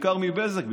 בעיקר מבזק,